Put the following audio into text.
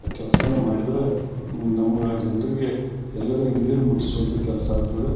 ಕೆಲ್ಸ ಮಾಡಿದರೆ ನಮ್ಮ ಜನರಿಗೆ ಎಲ್ಲರಿಗೆ ನೀರು ಮುಟ್ಟಿಸ್ವಂತ ಕೆಲಸ ಆಗ್ತದೆ